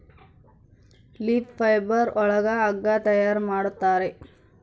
leaf fibre ಒಳಗ ಹಗ್ಗ ತಯಾರ್ ಮಾಡುತ್ತಾರೆ